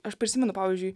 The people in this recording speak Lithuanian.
aš prisimenu pavyzdžiui